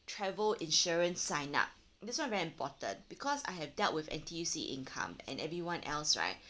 travel insurance sign up this one very important because I have dealt with N_T_U_C income and everyone else right